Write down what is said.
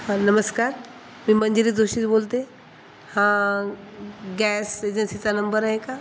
हां नमस्कार मी मंजिरी जोशी र बोलते हा गॅस एजन्सीचा नंबर आहे का